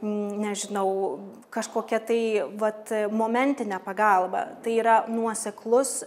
nežinau kažkokia tai vat momentine pagalba tai yra nuoseklus